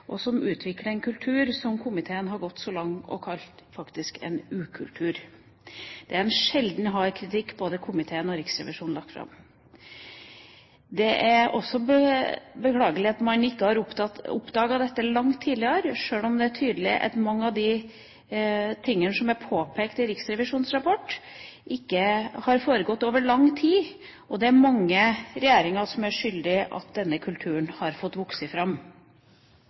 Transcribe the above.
og som utvikler en kultur som komiteen faktisk har gått så langt som å kalle «en ukultur». Det er en sjelden hard kritikk både komiteen og Riksrevisjonen har kommet med. Det er også beklagelig at man ikke har oppdaget dette langt tidligere, sjøl om det er tydelig at mange av de tingene som er påpekt i Riksrevisjonens rapport, ikke har foregått over lang tid, og det er mange regjeringer som har skyld i at denne kulturen har fått vokse fram.